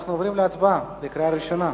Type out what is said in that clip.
אנחנו עוברים להצבעה בקריאה ראשונה.